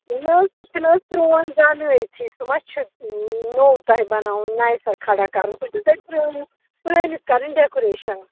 نہ حظ سُہ چھُنہٕ حظ پرٛون بنٲیِتھٕے سُہ ما چھِ نوٚو تۄہہِ بناوُن نَیہِ سَرٕ کھڑا کَرُن سُہ چھُو تۄہہِ پرٛٲنۍ پرٛٲنِس کَرٕنۍ ڈیکُریشَن